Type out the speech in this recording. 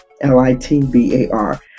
L-I-T-B-A-R